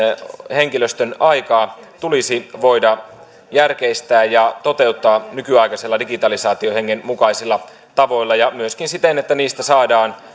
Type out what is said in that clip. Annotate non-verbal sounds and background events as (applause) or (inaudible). henkilöstön aikaa tulisi voida järkeistää ja toteuttaa nykyaikaisilla digitalisaatiohengen mukaisilla tavoilla ja myöskin siten että niistä saadaan (unintelligible)